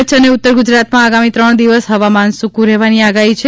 કચ્છ અને ઉત્તર ગુજરાતમાં આગામી ત્રણ દિવસ હવામાન સુકુ રહેવાની આગાહી છે